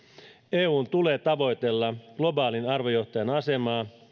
eun tulee tavoitella globaalin arvojohtajan asemaa